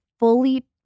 fully